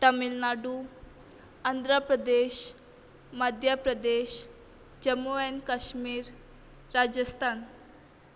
Tamil Nadu Andhra Pradesh Madhya Pradesh Jammu and Kashmir Rajasthan